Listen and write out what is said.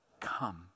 Come